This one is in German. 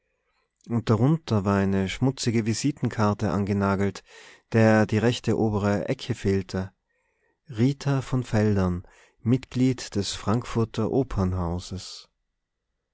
und darunter war eine schmutzige visitenkarte angenagelt der die rechte obere ecke fehlte rita von veldern mitglied des frankfurter